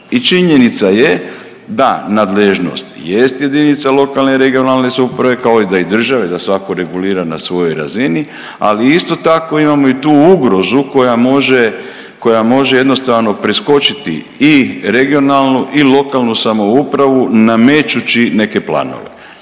I činjenica je da nadležnost jest jedinica lokalne i regionalne samouprave kao da i države da svako regulira na svojoj razini, ali isto tako imamo i tu ugrozu koja može jednostavno preskočiti i regionalnu i lokalnu samoupravu namećući neke planove,